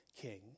king